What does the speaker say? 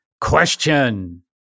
question